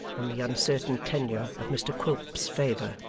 on the uncertain tenure of mr quilp's favour.